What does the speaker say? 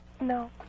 no